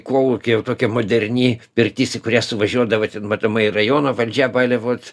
kolūky jau tokia moderni pirtis į kurią suvažiuodavo ten matomai ir rajono valdžia baliavot